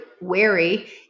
wary